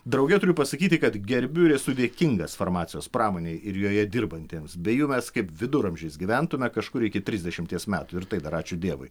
drauge turiu pasakyti kad gerbiu ir esu dėkingas farmacijos pramonei ir joje dirbantiems be jų mes kaip viduramžiais gyventume kažkur iki trisdešimties metų ir tai dar ačiū dievui